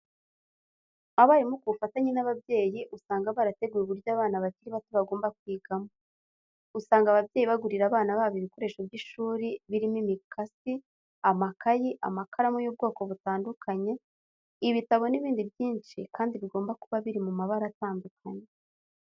Abarimu ku bufatanye n'ababyeyi usanga barateguye uburyo abana bakiri bato bagomba kwigamo. Usanga ababyeyi bagurira abana babo ibikoresho by'ishuri birimo imikasi, amakayi, amakaramu y'ubwoko butandukanye, ibitabo n'ibindi byinshi kandi bigomba kuba biri mu mabara atandukanye.